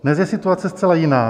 Dnes je situace zcela jiná.